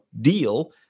deal